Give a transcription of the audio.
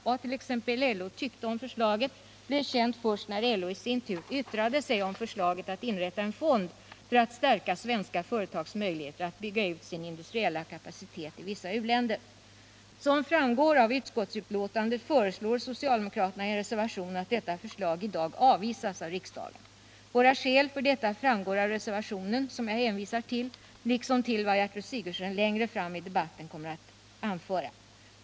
Vad t.ex. LO tyckte om förslaget blev känt först när LO i sin tur yttrade sig om förslaget att inrätta en fond för att stärka svenska företags möjligheter att bygga ut sin industriella kapacitet i vissa u-länder. Som framgår av utskottsbetänkandet föreslår socialdemokraterna i en reservation att detta förslag i dag avvisas av riksdagen. Våra skäl för detta framgår av reservationen, som jag hänvisar till liksom till vad Gertrud Sigurdsen längre fram i debatten kommer att framföra.